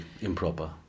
improper